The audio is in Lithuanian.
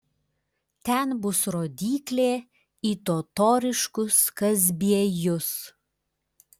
ten bus rodyklė į totoriškus kazbiejus